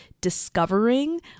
discovering